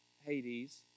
Hades